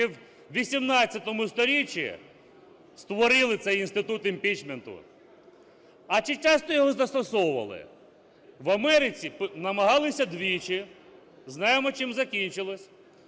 ще вXVIII сторіччі створили цей інститут імпічменту. А чи часто його застосовували? В Америці намагалися двічі. Знаємо, чим закінчилось.